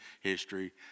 history